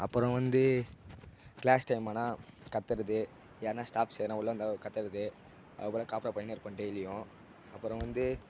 அப்புறம் வந்து class time ஆனால் கத்துறது யாருன்னால் ஸ்டாஃப்ஸ் யாருன்னால் உள்ளே வந்தால் கத்துறது அதுக்கு அப்புறம் சாப்பிட போய்ட்னே இருப்போம் டெய்லியும் அப்புறம் வந்து